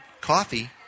coffee